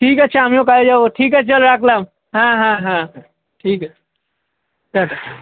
ঠিক আছে আমিও কাজে যাবো ঠিক আছে চল রাখলাম হ্যাঁ হ্যাঁ হ্যাঁ ঠিক আছে রাখি তাহলে